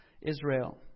Israel